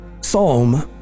Psalm